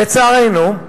לצערנו,